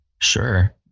Sure